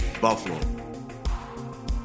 Buffalo